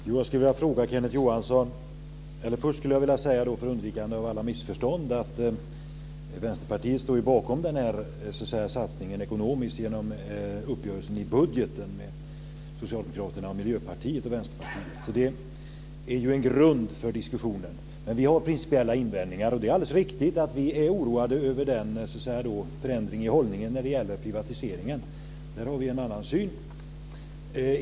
Fru talman! För undvikande av alla missförstånd vill jag först säga att Vänsterpartiet står bakom denna ekonomiska satsning genom uppgörelsen om budgeten mellan Socialdemokraterna, Miljöpartiet och Vänsterpartiet. Det är grunden för diskussionen. Men vi har principiella invändningar. Det är alldeles riktigt att vi är oroade över förändringen i hållningen till privatiseringen, där vi har en annan syn.